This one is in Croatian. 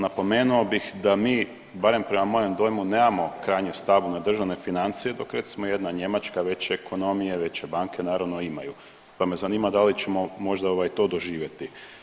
Napomenuo bih da mi barem prema mojem dojmu nemamo krajnje stabilne državne financije dok recimo jedna Njemačka, veće ekonomije, veće banke naravno imaju, pa me zanima da li ćemo možda ovaj to doživjeti?